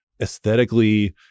aesthetically